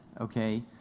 okay